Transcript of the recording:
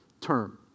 term